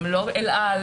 הן לא אל על,